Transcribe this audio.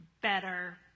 better